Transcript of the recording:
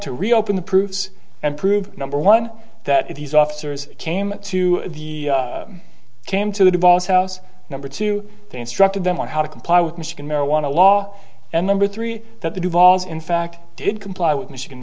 to reopen the proofs and prove number one that if these officers came to the came to the balls house number two they instructed them on how to comply with michigan marijuana law and number three that the duvall's in fact did comply with michigan